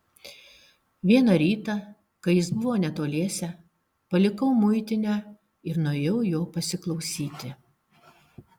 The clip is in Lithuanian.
vieną rytą kai jis buvo netoliese palikau muitinę ir nuėjau jo pasiklausyti